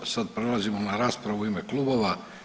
Sad prelazimo na raspravu u ime klubova.